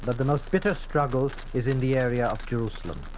but the most bitter struggle is in the area of jerusalem.